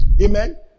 Amen